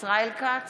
ישראל כץ,